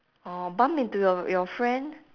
orh bump into your your friend